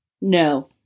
No